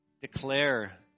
declare